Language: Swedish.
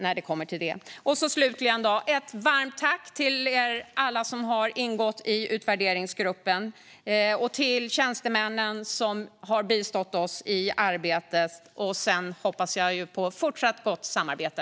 Slutligen vill jag rikta ett varmt tack till alla i utvärderingsgruppen och till de tjänstemän som har bistått oss i arbetet. Jag hoppas på fortsatt gott samarbete.